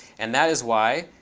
and that is why